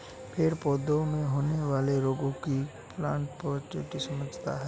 पेड़ पौधों में होने वाले रोगों को प्लांट पैथोलॉजी में समझा जाता है